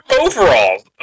overalls